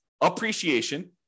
appreciation